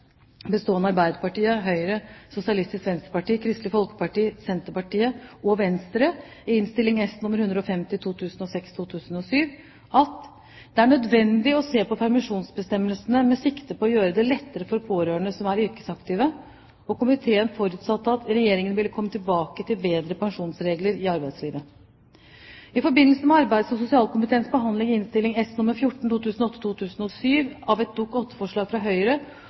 bestående av Arbeiderpartiet, Høyre, Sosialistisk Venstreparti, Kristelig Folkeparti, Senterpartiet og Venstre i Innst. S. nr. 150 for 2006–2007 at det er «nødvendig å se på permisjonsbestemmelsene med sikte på å gjøre det lettere for pårørende som er yrkesaktive», og komiteen forutsatte at Regjeringen ville «komme tilbake til bedre permisjonsregler i arbeidslivet». I forbindelse med arbeids- og sosialkomiteens behandling i Innst. S. nr. 14 for 2007–2008 av et Dokument nr. 8-forslag fra Høyre